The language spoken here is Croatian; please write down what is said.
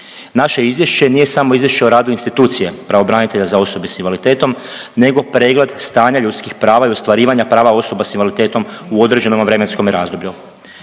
Naše izvješće nije samo izvješće o radu institucije pravobranitelja za osobe s invaliditetom, nego pregled stanja ljudskih prava i ostvarivanja prava osoba s invaliditetom u određenom vremenskome razdoblju.